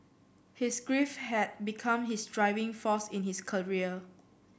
his grief had become his driving force in his career